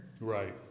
Right